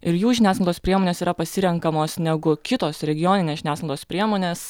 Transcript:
ir jų žiniasklaidos priemonės yra pasirenkamos negu kitos regioninės žiniasklaidos priemonės